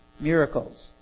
miracles